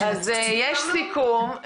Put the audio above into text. אז יש סיכום.